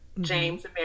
James